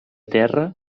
terra